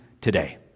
today